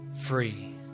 free